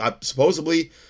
supposedly